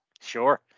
Sure